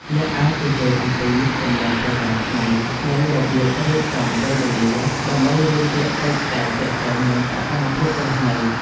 អ្នកអាចជជែកអំពីទម្លាប់ប្រចាំថ្ងៃ និងរបៀបរៀបចំពេលវេលា ដើម្បីរៀនពាក្យពេចន៍ដែលទាក់ទងនឹងសកម្មភាពរស់នៅ។